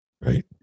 Right